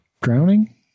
drowning